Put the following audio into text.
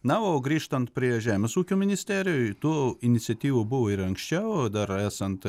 na o grįžtant prie žemės ūkio ministerijoj tų iniciatyvų buvo ir anksčiau o dar esant